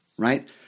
right